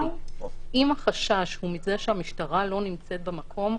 אם החשש הוא מזה שהמשטרה לא נמצאת במקום,